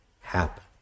happen